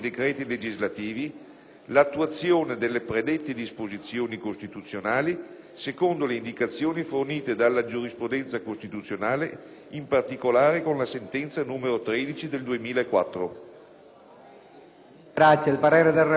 l'attuazione delle predette disposizioni costituzionali secondo le indicazioni fornite dalla giurisprudenza costituzionale, in particolare con la sentenza n. 13 del 2004». PRESIDENTE. Invito il relatore